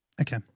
okay